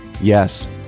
Yes